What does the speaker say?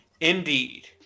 Indeed